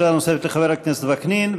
שאלה נוספת לחבר הכנסת וקנין,